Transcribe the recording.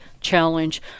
challenge